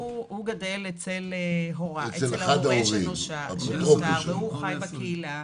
הוא גדל אצל ההורה שלו, והוא חי בקהילה,